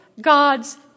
God's